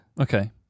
Okay